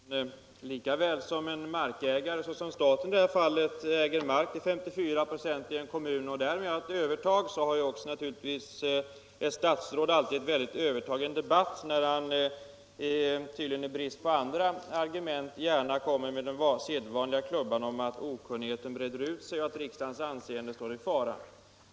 Herr talman! Lika väl som en markägare — såsom i detta fall staten —- som äger mark till 54 ?6 i en kommun därmed har ett övertag har naturligtvis också ett statsråd ett väldigt övertag i en debatt när han, tydligen i brist på andra argument, gärna kommer med det sedvanliga påståendet att okunnigheten breder ut sig och att riksdagens anseende är i fara.